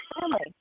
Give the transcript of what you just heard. family